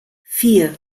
vier